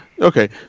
Okay